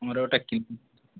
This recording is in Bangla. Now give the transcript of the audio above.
আমরা ওটা কিলোমিটারে নিই